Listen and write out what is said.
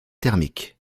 thermiques